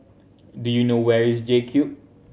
do you know where is JCube